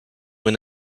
win